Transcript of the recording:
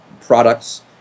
products